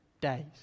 days